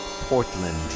Portland